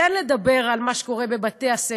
כן לדבר על מה שקורה בבתי-הספר,